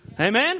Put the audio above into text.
Amen